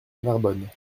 narbonne